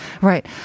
Right